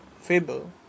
fable